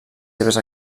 seves